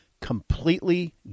completely